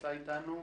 נמצא איתנו?